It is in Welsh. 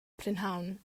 prynhawn